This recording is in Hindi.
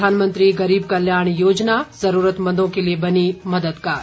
प्रधानमंत्री गरीब कल्याण योजना ज़रूरतमंदों के लिए बनी मददगार